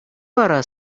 вара